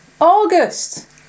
August